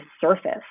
surface